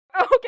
Okay